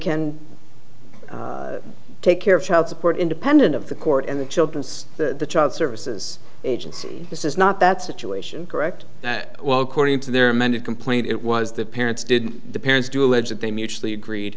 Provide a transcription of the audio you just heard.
can take care of child support independent of the court and the children's the child services agency this is not that situation correct well according to their amended complaint it was the parents didn't the parents do allege that they mutually agree